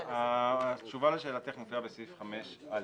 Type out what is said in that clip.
התשובה לשאלתך מופיעה בסעיף 5(א),